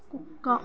కుక్క